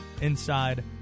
inside